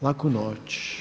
Laku noć.